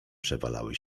przewalały